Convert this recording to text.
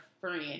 friend